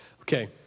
Okay